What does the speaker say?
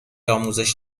آموزش